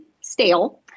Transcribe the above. stale